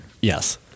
Yes